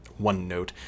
OneNote